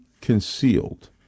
concealed